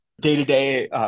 day-to-day